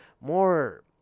more